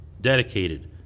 dedicated